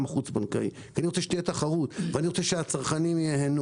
החוץ-בנקאי כי אני רוצה שתהיה תחרות ואני רוצה שהצרכנים ייהנו